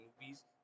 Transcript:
movies